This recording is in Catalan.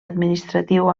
administratiu